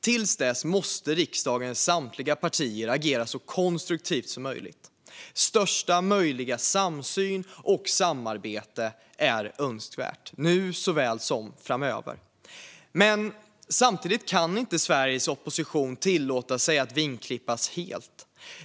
Till dess måste riksdagens samtliga partier agera så konstruktivt som möjligt. Största möjliga samsyn och samarbete är önskvärt - såväl nu som framöver. Men samtidigt kan inte Sveriges opposition tillåta sig att vingklippas helt.